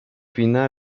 fina